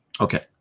Okay